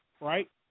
right